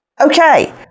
okay